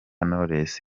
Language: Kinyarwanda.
knowless